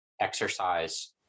exercise